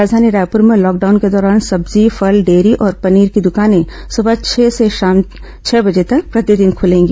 राजधानी रायपुर में लॉकडाउन के दौरान सब्जी फल डेयरी और पनीर की दुकानें सुबह छह से शाम छह बजे तक प्रतिदिन खुलेंगी